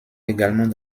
également